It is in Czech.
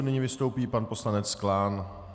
Nyní vystoupí pan poslanec Klán.